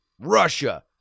Russia